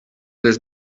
les